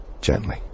gently